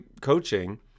coaching –